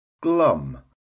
glum